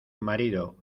marido